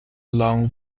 long